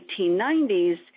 1890s